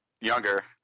younger